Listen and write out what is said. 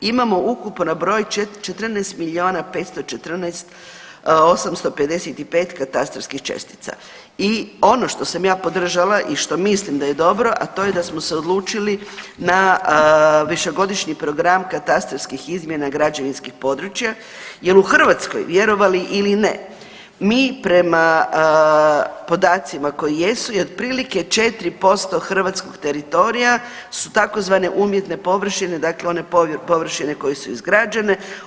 Imamo ukupno broj 14 miliona 514.855 katastarskih čestica i ono što sam ja podržala i što mislim da je dobro, a to je da smo se odlučili na višegodišnji program katastarskih izmjena građevinskih područja jer u Hrvatskoj vjerovali ili ne mi prema podacima koji jesu je otprilike 4% hrvatskog teritorija su tzv. umjetne površine, dakle one površine koje su izgrađene.